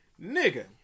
Nigga